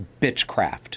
bitchcraft